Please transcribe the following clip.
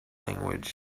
language